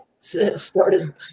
Started